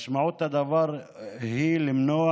משמעות הדבר היא למנוע